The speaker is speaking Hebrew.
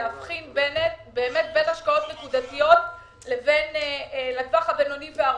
להבחין בין השקעות נקודתיות לבין הטווח הבינוני והארוך.